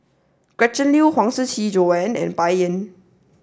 Gretchen Liu Huang Shiqi Joan and Bai Yan